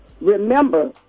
Remember